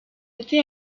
été